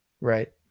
Right